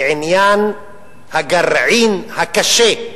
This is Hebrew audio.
בעניין הגרעין הקשה,